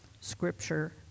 Scripture